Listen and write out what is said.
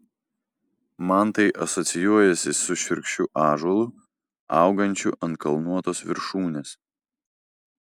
man tai asocijuojasi su šiurkščiu ąžuolu augančiu ant kalnuotos viršūnės